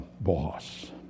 boss